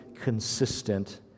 consistent